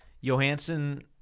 Johansson